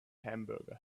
hamburger